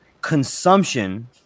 consumption